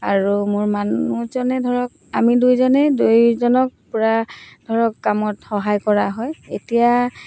আৰু মোৰ মানুহজনে ধৰক আমি দুইজনেই দুইজনক পূৰা ধৰক কামত সহায় কৰা হয় এতিয়া